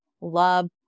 love